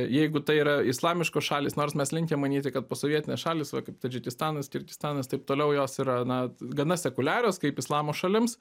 jeigu tai yra islamiškos šalys nors mes linkę manyti kad posovietinės šalys va kaip tadžikistanas kirgistanas taip toliau jos yra na gana sekuliarios kaip islamo šalims